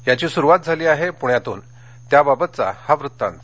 याची सुरूवात झाली आहे पूण्यातून त्याबाबतचा हा वृत्तांत